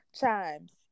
Chimes